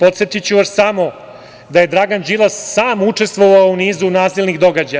Podsetiću vas samo da je Dragan Đilas sam učestvovao u nizu nasilnih događaja.